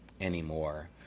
anymore